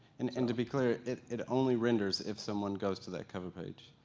and and to be clear, it it only renders if someone goes to that cover page.